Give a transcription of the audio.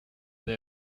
they